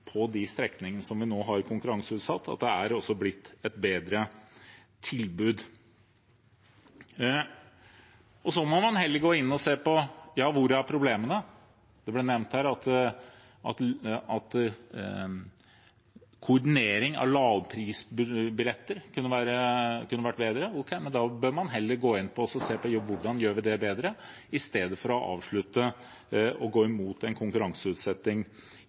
strekningene som vi nå har konkurranseutsatt, at det er blitt et bedre tilbud. Så må man heller gå inn og se på hvor problemene er. Det ble nevnt her at koordinering av lavprisbilletter kunne vært bedre. Ok, men da bør man heller gå inn og se på hvordan vi gjør det bedre, i stedet for å avslutte og gå imot konkurranseutsetting